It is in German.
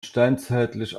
steinzeitlich